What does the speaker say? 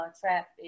trap